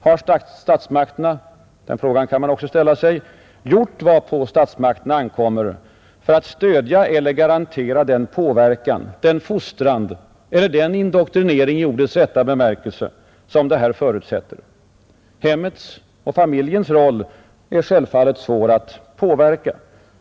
Har statsmakterna — den frågan kan man också ställa sig — gjort vad på dem ankommer för att stödja eller garantera den påverkan, den fostran eller den ”indoktrinering” i ordets rätta bemärkelse som detta förutsätter? Hemmets och familjens roll är självfallet svårare att påverka.